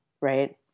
right